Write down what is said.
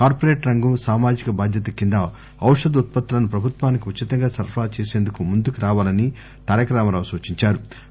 corporate రంగం సామాజిక బాధ్యత కింద ఔషధ ఉత్పత్తులను ప్రభుత్వానికి ఉచితంగా సరఫరా చేసేందుకు ముందుకు రావాలని కె టి ఆర్ సూచించారు